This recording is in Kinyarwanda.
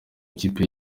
ikipe